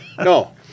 no